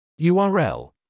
URL